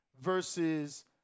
versus